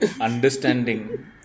understanding